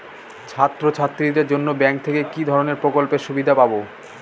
ছাত্রছাত্রীদের জন্য ব্যাঙ্ক থেকে কি ধরণের প্রকল্পের সুবিধে পাবো?